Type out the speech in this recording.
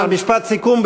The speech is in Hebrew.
משפט סיכום.